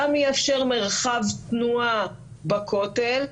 גם יאפשר מרחב תנועה בכותל,